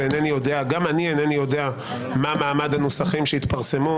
וגם אני אינני יודע מה מעמד הנוסחים שהתפרסמו